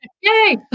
Yay